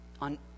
On